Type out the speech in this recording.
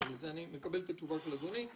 אני מקבל את התשובה של אדוני.